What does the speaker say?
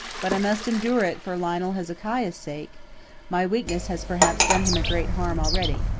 but i must endure it for lionel hezekiah's sake my weakness has perhaps done him great harm already.